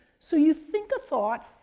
so you think a thought,